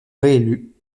réélu